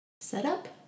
setup